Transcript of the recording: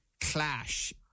clash